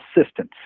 assistance